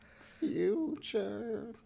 Future